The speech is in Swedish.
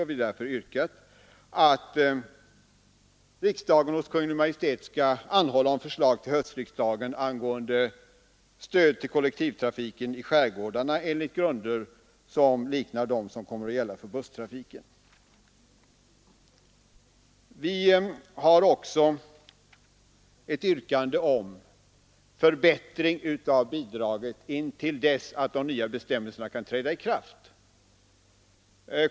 Därför har vi yrkat att riksdagen hos Kungl. Maj:t skall anhålla om förslag till höstriksdagen angående stödet till kollektivtrafiken i skärgårdarna enligt grunder som liknar dem som kommer att gälla för busstrafiken. Vi har också ett yrkande om förbättring av bidraget intill dess att de nya bestämmelserna kan träda i kraft.